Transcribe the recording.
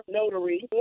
notary